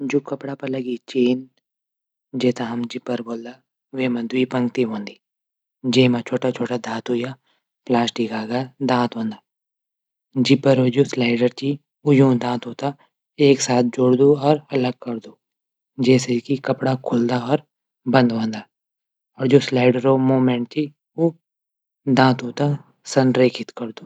जू कपडा पर लगी चेन जैथे हम जिप बुलदा वेमा दुव्ई पंक्ति हूंदा जैमा छुटा छुटा धातु या प्लास्टिक दांत हूंदा। जिप पर जू स्लाइडर हूंदू। ऊं यूं दांतो थै एक साथ जुडदू। और अलग करदू। जैसे कि कपडा खुलदा और बंद हूंदा। और जू स्लाइडर मूभमैंट च ऊ दांतो से संग्रहित करदू।